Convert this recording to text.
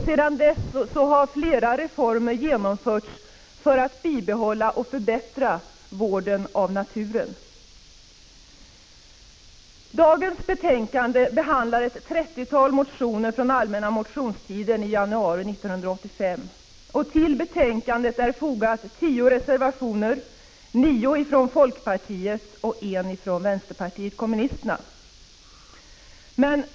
Sedan dess har flera reformer genomförts för att bibehålla och förbättra vården av naturen. Dagens betänkande behandlar ett 30-tal motioner från allmänna motionstiden i januari 1985. Till betänkandet har fogats tio reservationer; nio ifrån folkpartiet och en från vänsterpartiet kommunisterna.